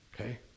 Okay